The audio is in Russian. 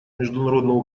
международного